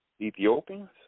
Ethiopians